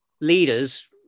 leaders